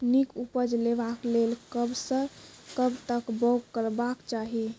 नीक उपज लेवाक लेल कबसअ कब तक बौग करबाक चाही?